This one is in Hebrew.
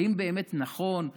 האם באמת נכון,